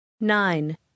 Nine